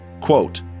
Quote